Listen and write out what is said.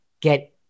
get